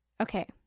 Okay